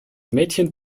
mädchen